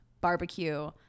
barbecue